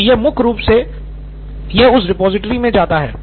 तो यह मुख्य रूप से यह उस रिपॉजिटरी में जाता रहेगा